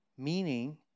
Meaning